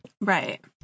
Right